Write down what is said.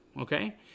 okay